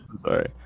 sorry